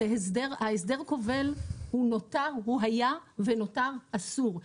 ההסדר הכובל, הוא היה ונותר אסור.